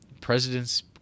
presidents